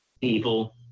people